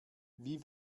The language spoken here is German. wie